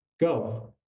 Go